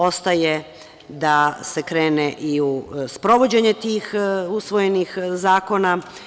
Ostaje da se krene i u sprovođenje tih usvojenih zakona.